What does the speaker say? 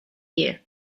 year